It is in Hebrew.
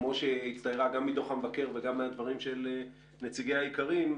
כמו שהצטיירה גם מדוח המבקר וגם מהדברים של נציגי האיכרים,